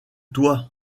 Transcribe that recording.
toi